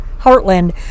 Heartland